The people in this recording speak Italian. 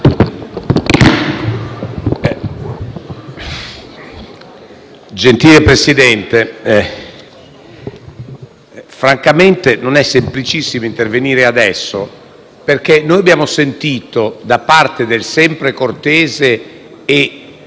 Signor Presidente, francamente non è semplicissimo intervenire adesso. Abbiamo sentito da parte del sempre cortese e